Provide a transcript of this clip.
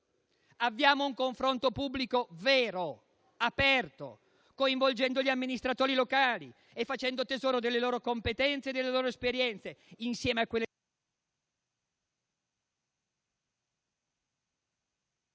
Avviamo un confronto pubblico vero, aperto, coinvolgendo gli amministratori locali e facendo tesoro delle loro competenze e delle loro esperienze, nonché dei molti che operano